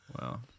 Wow